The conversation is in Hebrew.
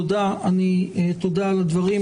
תודה על הדברים,